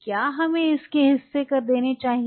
क्या हमें इसके हिस्से कर देने चाहिए